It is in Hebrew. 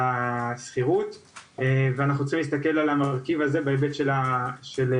מחירי השכירות ואנחנו צריכים להסתכל על המרכיב הזה בהיבט של המשכנתאות,